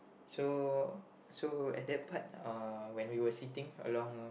so so at that part uh when we were sitting along